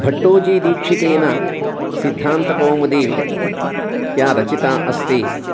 भट्टोजीदीक्षितेन सिद्धान्तकौमुदी या रचिता अस्ति